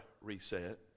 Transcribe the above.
reset